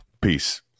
Peace